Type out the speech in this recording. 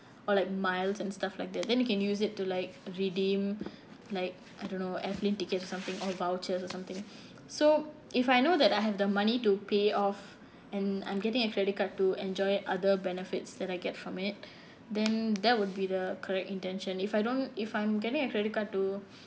or like miles and stuff like that then you can use it to like redeem like I don't know airplane tickets or something or vouchers or something so if I know that I have the money to pay off and I'm getting a credit card to enjoy other benefits that I get from it then that would be the correct intention if I don't if I'm getting a credit card to